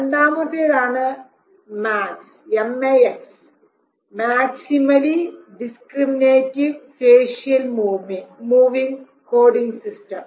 രണ്ടാമത്തേതാണ് max maximally discriminative facial moving coding system